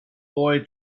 boy